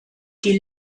die